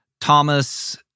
Thomas